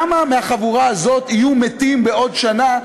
כמה מהחבורה הזאת יהיו מתים בעוד שנה,